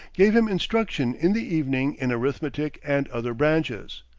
gave him instruction in the evening in arithmetic and other branches.